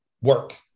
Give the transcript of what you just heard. work